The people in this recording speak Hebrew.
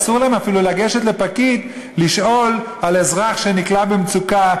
אסור להם אפילו לגשת לפקיד לשאול לגבי אזרח שנקלע למצוקה,